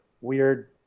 weird